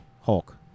Hulk